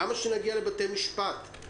למה שנגיע לבתי משפט?